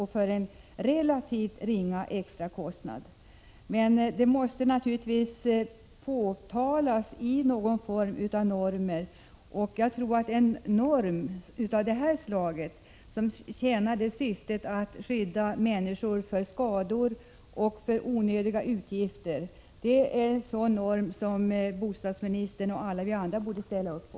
Hur detta skall gå till måste naturligtvis anges i någon form av normer. En norm av det här slaget, som tjänar syftet att skydda människorna mot skador och onödiga utgifter, borde såväl bostadsministern som alla vi andra ställa upp på.